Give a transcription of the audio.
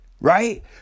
Right